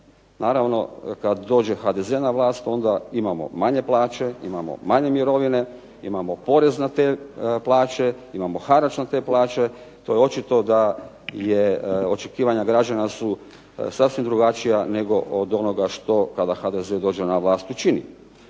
Naravno kada HDZ dođe na vlast onda imamo manje plaće, imamo manje mirovine, imamo porez na te plaće, imamo harač na te plaće. To je očito da su očekivanja građana su sasvim drugačija nego od onoga kada HDZ dođe na vlast učini.